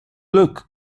look